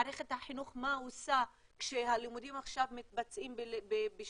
מה עושה מערכת החינוך כשהלימודים עכשיו מתבצעים בזום,